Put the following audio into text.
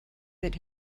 that